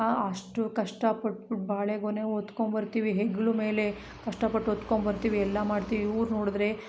ಆ ಅಷ್ಟು ಕಷ್ಟಪಟ್ಬುಟ್ಟು ಬಾಳೆಗೊನೆ ಹೊತ್ಕೊಂಬರ್ತೀವಿ ಹೆಗ್ಲು ಮೇಲೆ ಕಷ್ಟಪಟ್ಟು ಹೊತ್ಕೊಂಬರ್ತೀವಿ ಎಲ್ಲ ಮಾಡ್ತೀವಿ ಇವ್ರು ನೋಡಿದ್ರೆ